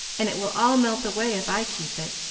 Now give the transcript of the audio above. and it will all melt away if i keep it.